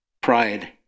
Pride